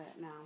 now